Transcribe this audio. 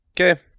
Okay